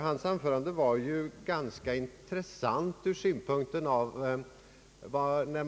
Hans anförande var ganska intressant om